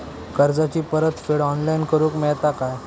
कर्जाची परत फेड ऑनलाइन करूक मेलता काय?